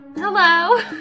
Hello